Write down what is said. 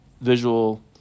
visual